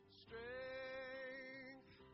strength